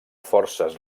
forces